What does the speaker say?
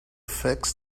fix